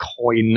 coin